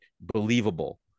believable